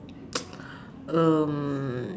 um